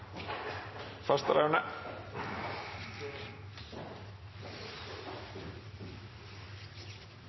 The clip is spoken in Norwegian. første